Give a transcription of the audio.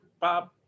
Bob